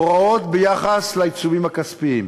הוראות ביחס לעיצומים כספיים: